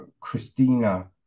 Christina